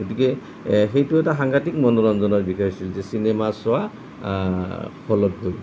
গতিকে সেইটো এটা সাংঘাটিক মনোৰঞ্জনৰ বিষয় আছিল যে চিনেমা চোৱা হলত গৈ